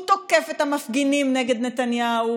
הוא תוקף את המפגינים נגד נתניהו,